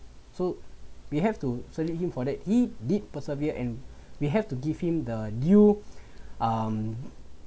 so we have to salute him for that he did persevere and we have to give him the new um